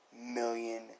million